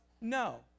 No